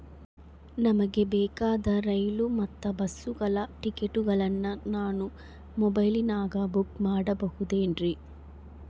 ನಮಗೆ ಬೇಕಾದ ರೈಲು ಮತ್ತ ಬಸ್ಸುಗಳ ಟಿಕೆಟುಗಳನ್ನ ನಾನು ಮೊಬೈಲಿನಾಗ ಬುಕ್ ಮಾಡಬಹುದೇನ್ರಿ?